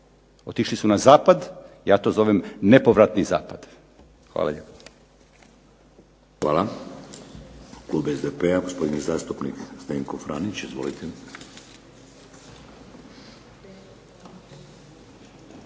Otišli su na zapad, ja to zovem nepovratni zapad. Hvala lijepa. **Šeks, Vladimir (HDZ)** Hvala. Klub SDP-a gospodin zastupnik Zdenko Franić. Izvolite.